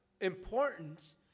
importance